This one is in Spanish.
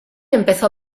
empezó